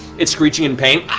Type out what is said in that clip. it's screeching in pain,